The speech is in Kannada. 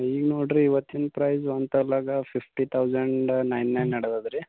ಈಗ ನೋಡಿರಿ ಇವತ್ತಿನ ಪ್ರೈಸ್ ಒಂದು ತೊಲಗ ಫಿಫ್ಟಿ ತೌಸಂಡ್ ನೈನ್ ನೈನ್ ನಡೆದಿದೆ ರೀ